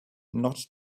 not